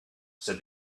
said